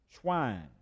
swine